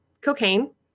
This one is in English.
Cocaine